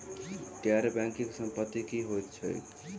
गैर बैंकिंग संपति की होइत छैक?